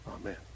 Amen